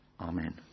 Amen